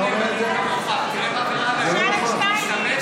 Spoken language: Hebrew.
תראה מה קרה, השתמש